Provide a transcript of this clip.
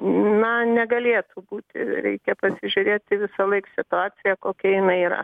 na negalėtų būt reikia pasižiūrėti visąlaik situaciją kokia jinai yra